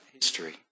history